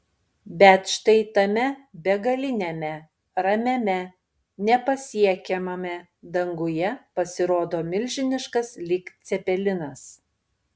bet štai tame begaliniame ramiame nepasiekiamame danguje pasirodo milžiniškas lyg cepelinas